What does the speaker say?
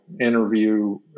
interview